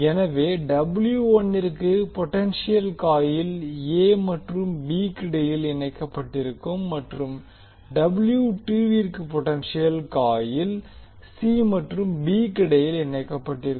எனவே ற்கு potential coil a மற்றும் b க்கு இடையில் இணைக்கப்பட்டிருக்கும் மற்றும் விற்கு பொடென்ஷியல் காயில் c மற்றும் b க்கு இடையில் இணைக்கப்பட்டிருக்கும்